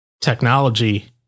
technology